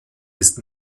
ist